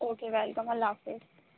okay welcome اللہ خافظ